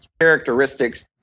characteristics